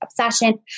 obsession